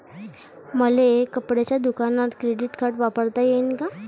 मले कपड्याच्या दुकानात क्रेडिट कार्ड वापरता येईन का?